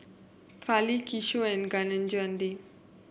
Fali Kishore and Kaneganti